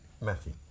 Matthew